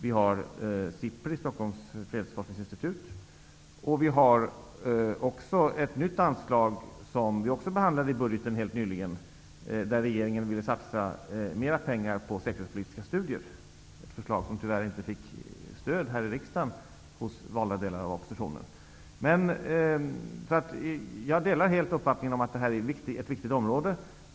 Vi har SIPRI, Stockholms fredsforskningsinstitut. Vi har också ett nytt anslag, som vi behandlade i budgeten helt nyligen. Regeringen vill satsa mer pengar på säkerhetspolitiska studier, ett förslag som tyvärr inte fick stöd här i riksdagen hos valda delar av oppositionen. Jag delar helt uppfattningen att detta är ett viktigt område.